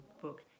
book